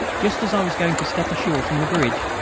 just as i was going to step ashore from the bridge,